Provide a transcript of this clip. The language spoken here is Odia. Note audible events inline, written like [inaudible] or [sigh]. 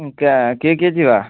[unintelligible] କିଏ କିଏ ଯିବା